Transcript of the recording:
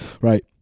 right